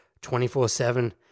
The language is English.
24-7